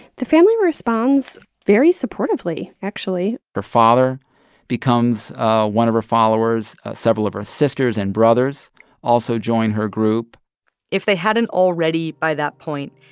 the family responds very supportively, actually her father becomes one of her followers. several of her sisters and brothers also join her group if they hadn't already by that point,